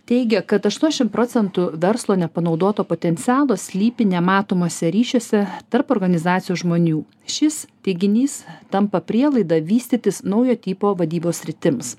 teigia kad aštuoniasdešim procentų verslo nepanaudoto potencialo slypi nematomuose ryšiuose tarp organizacijos žmonių šis teiginys tampa prielaida vystytis naujo tipo vadybos sritims